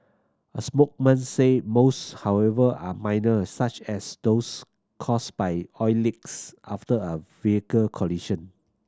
a spoke man said most however are minor such as those caused by oil leaks after a vehicle collision